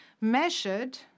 measured